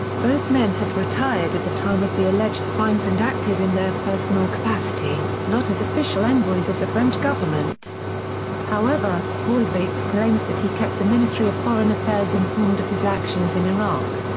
both men had retired at the time of the alleged crimes and acted in their personal capacity, not as official envoys of the french government however, boidevaix claims that he kept the ministry of foreign affairs informed of his actions in iraq.